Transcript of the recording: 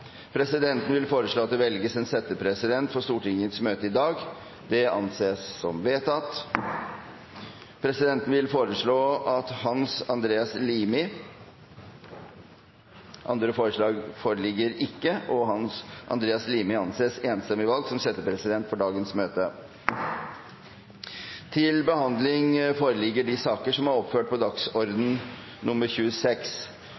Presidenten vil foreslå at det velges en settepresident for Stortingets møte i dag. – Det anses vedtatt. Presidenten vil foreslå Hans Andreas Limi. – Andre forslag foreligger ikke, og Hans Andreas Limi anses enstemmig valgt som settepresident for dagens møte. Før sakene på dagens kart tas opp til behandling,